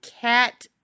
cat